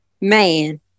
Man